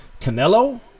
Canelo